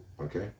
Okay